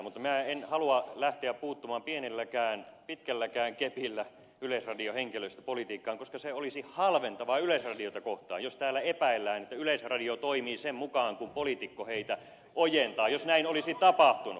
mutta minä en halua lähteä puuttumaan pitkälläkään kepillä yleisradion henkilöstöpolitiikkaan koska se olisi halventavaa yleisradiota kohtaan jos täällä epäillään että yleisradio toimii sen mukaan kuin poliitikko heitä ojentaa jos näin olisi tapahtunut